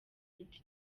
nyinshi